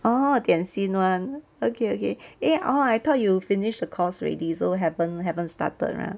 orh 点心 [one] okay okay eh orh I thought you finish the course already so haven't haven't started lah